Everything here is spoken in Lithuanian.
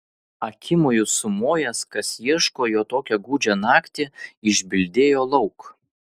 akimoju sumojęs kas ieško jo tokią gūdžią naktį išbildėjo lauk